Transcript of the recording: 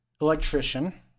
electrician